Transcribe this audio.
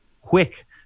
quick